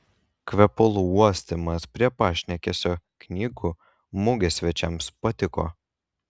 kvepalų uostymas prie pašnekesio knygų mugės svečiams patiko